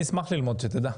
אני אשמח ללמוד, שתדע.